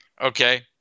Okay